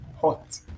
hot